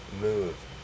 move